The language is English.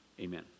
amen